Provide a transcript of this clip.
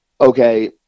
okay